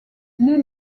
les